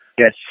Yes